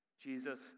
Jesus